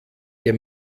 der